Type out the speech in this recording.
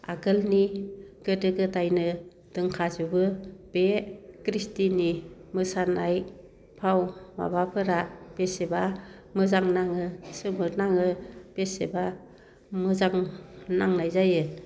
आगोलनि गोदो गोदायनो दोनखाजोबो बे ख्रिस्थिनि मोसानाय भाव माबाफोरा बेसेबा मोजां नाङो सोमो नाङो बेसेबा मोजां नांनाय जायो